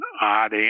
odd